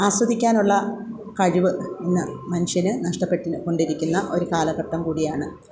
ആസ്വദിക്കാനുള്ള കഴിവ് ഇന്ന് മനുഷ്യന് നഷ്ടപ്പെട്ടുകൊണ്ടിരിക്കുന്ന ഒരു കാലഘട്ടം കൂടിയാണ്